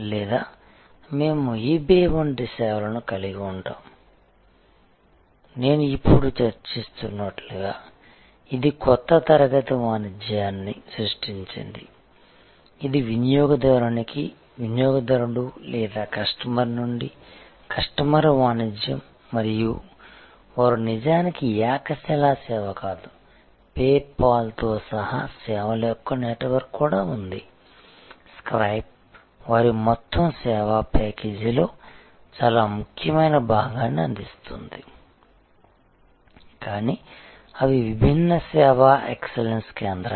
లేదా మేము eBay వంటి సేవలను కలిగి ఉంటాము నేను ఇప్పుడు చర్చిస్తున్నట్లుగా ఇది ఒక కొత్త తరగతి వాణిజ్యాన్ని సృష్టించింది ఇది వినియోగదారునికి వినియోగదారుడు లేదా కస్టమర్ నుండి కస్టమర్ వాణిజ్యం మరియు వారు నిజానికి ఏకశిలా సేవ కాదు PayPal తో సహా సేవల నెట్వర్క్ కూడా ఉంది స్కైప్ వారి మొత్తం సేవా ప్యాకేజీలో చాలా ముఖ్యమైన భాగాన్ని అందిస్తోంది కానీ అవి విభిన్న సేవా ఎక్సలెన్స్ కేంద్రాలు